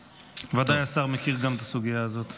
ודאי השר מכיר גם את הסוגיה הזאת.